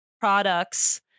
products